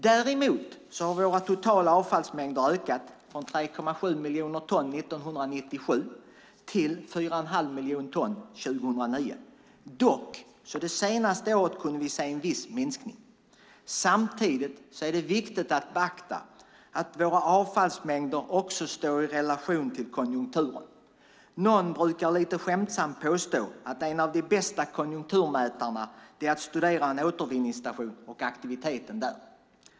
Däremot har våra totala avfallsmängder ökat från 3,7 miljoner ton 1997 till 4,5 miljoner ton 2009. Dock kunde vi förra året se en viss minskning. Samtidigt är det viktigt att beakta att våra avfallsmängder också står i viss relation till konjunkturen. Lite skämtsamt brukar det påstås att en av de bästa konjunkturmätarna är studiet av en återvinningsstation och aktiviteten där.